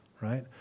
right